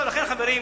לכן, חברים,